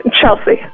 Chelsea